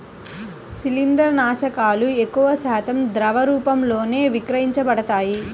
శిలీంద్రనాశకాలు ఎక్కువశాతం ద్రవ రూపంలోనే విక్రయించబడతాయి